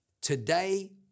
Today